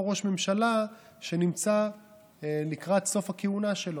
ראש ממשלה שנמצא לקראת סוף הכהונה שלו.